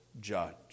judge